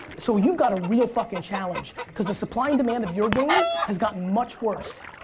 so you've got a real fucking challenge. cause the supply and demand of your game has gotten much worse.